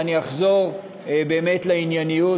ואני אחזור באמת לענייניות.